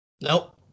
Nope